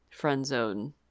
Friendzone